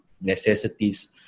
necessities